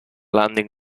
landing